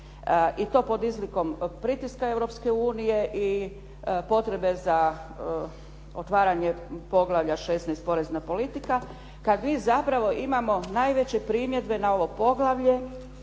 i to pod izlikom pritiska Europske unije i potrebe za otvaranje Poglavlja 16 –Porezna politika kad mi zapravo imamo najveće primjedbe na ovo poglavlje